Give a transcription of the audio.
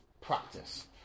practice